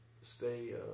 stay